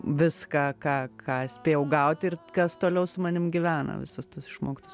viską ką ką spėjau gauti ir kas toliau su manim gyvena visos tos išmoktos